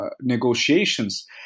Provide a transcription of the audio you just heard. negotiations